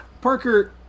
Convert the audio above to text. Parker